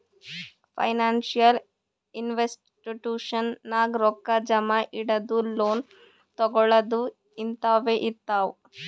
financial institution ನಾಗ್ ರೊಕ್ಕಾ ಜಮಾ ಇಡದು, ಲೋನ್ ತಗೋಳದ್ ಹಿಂತಾವೆ ಇರ್ತಾವ್